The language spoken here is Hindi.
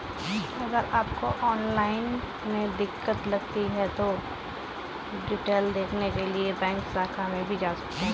अगर आपको ऑनलाइन में दिक्कत लगती है तो डिटेल देखने के लिए बैंक शाखा में भी जा सकते हैं